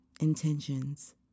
Intentions